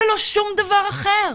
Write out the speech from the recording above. ולא שום דבר אחר?